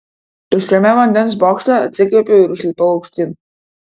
tuščiame vandens bokšte atsikvėpiau ir užlipau aukštyn